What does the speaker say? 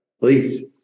Please